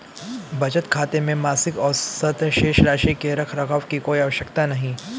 बचत खाते में मासिक औसत शेष राशि के रख रखाव की कोई आवश्यकता नहीं